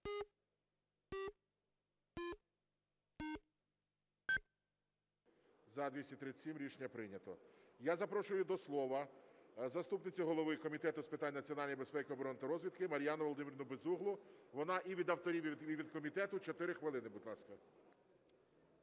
За-237 Рішення прийнято. Я запрошую до слова заступницю голови Комітету з питань національної безпеки, оборони та розвідки Мар'яну Володимирівну Безуглу, вона і від авторів, і від комітету. 4 хвилини, будь ласка.